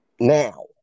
now